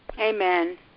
Amen